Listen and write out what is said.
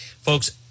folks